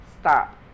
stop